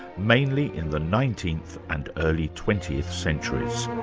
mainly in the nineteenth and early twentieth centuries.